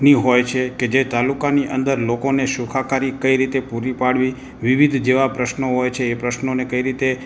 ની હોય છે કે જે તાલુકાની અંદર લોકોને સુખાકારી કઈ રીતે પૂરી પાડવી વિવિધ જેવા પ્રશ્નો હોય છે એ પ્રશ્નોને કઈ રીતે